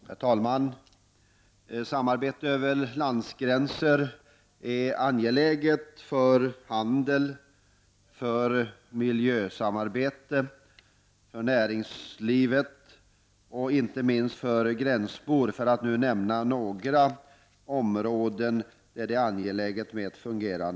Herr talman! Ett fungerande samarbete över landsgränser är angeläget för handeln, för miljön, för näringslivet och för inte minst gränsbor, för att nu nämna några områden.